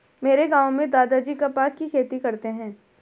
मेरे गांव में दादाजी कपास की खेती करते हैं